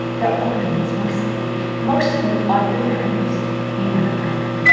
the ornaments mostly most of them are little animals made out of plastic